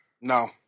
No